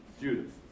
Judas